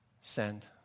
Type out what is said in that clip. Send